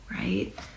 right